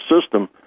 system